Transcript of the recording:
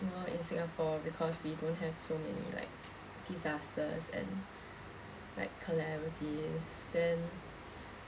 you know in Singapore because we don't have so many like disasters and like calamities then